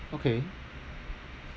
okay